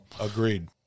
agreed